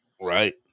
Right